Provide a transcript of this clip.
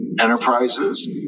Enterprises